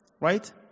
Right